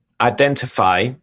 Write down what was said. identify